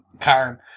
Karen